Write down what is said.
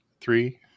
Three